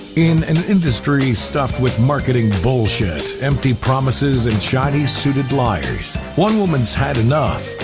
in an industry stuffed with marketing bullshit, empty promises and chinese suited liars one woman's had enough.